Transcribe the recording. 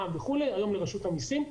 היום היא רשות המסים,